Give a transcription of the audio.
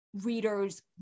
readers